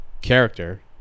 character